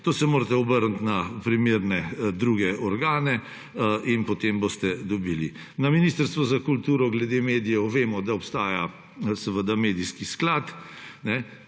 To se morate obrniti na primerne druge organe in potem boste dobili. Na Ministrstvu za kulturo vemo, da glede medijev obstaja seveda medijski sklad,